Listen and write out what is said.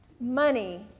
money